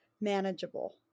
manageable